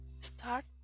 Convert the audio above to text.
Start